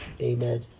Amen